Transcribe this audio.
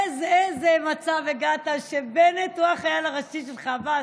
לאיזה מצב הגעת, שבנט הוא החייל הראשי שלך, עבאס?